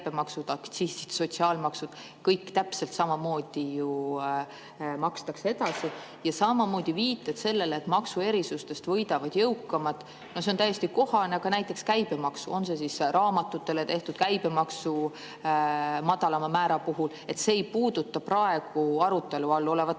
kõiki täpselt samamoodi ju makstakse edasi. Ja samamoodi viited sellele, et maksuerisusest võidavad jõukamad. No see on täiesti kohane, aga näiteks raamatutele tehtud erand käibemaksu madalama määra näol ei puuduta praegu arutelu all olevat